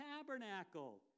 tabernacle